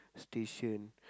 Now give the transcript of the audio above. station